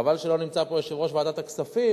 חבל שלא נמצא פה יושב-ראש ועדת הכספים,